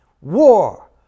War